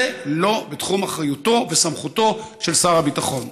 זה לא בתחום אחריותו וסמכותו של שר הביטחון.